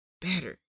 better